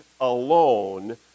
alone